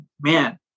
man